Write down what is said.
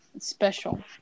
Special